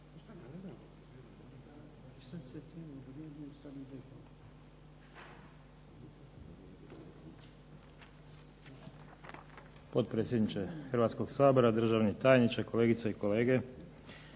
Potpredsjedniče Hrvatskoga sabora, državni tajniče, kolegice i kolege.